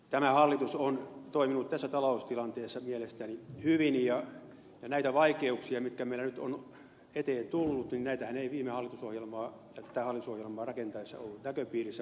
tämä hallitus on toiminut tässä taloustilanteessa mielestäni hyvin ja näitä vaikeuksiahan mitkä meillä nyt ovat eteen tulleet ei hallitusohjelmaa rakennettaessa ollut näköpiirissä